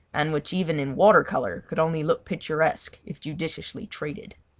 and which even in water-colour could only look picturesque if judiciously treated.